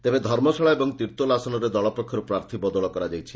ତେବେ ଧର୍ମଶାଳା ଏବଂ ତିର୍ଭୋଲ ଆସନରେ ଦଳ ପକ୍ଷରୁ ପ୍ରାର୍ଥୀ ବଦଳ କରାଯାଇଛି